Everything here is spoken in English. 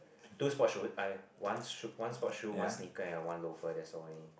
two sport shoot I one shoot one sport shoe one sneaker and one loafer that's all only